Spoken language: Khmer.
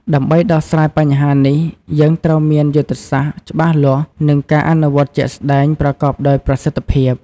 ដើម្បីដោះស្រាយបញ្ហានេះ យើងត្រូវមានយុទ្ធសាស្ត្រច្បាស់លាស់ និងការអនុវត្តជាក់ស្តែងប្រកបដោយប្រសិទ្ធភាព។